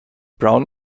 brown